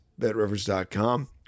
BetRivers.com